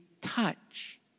touch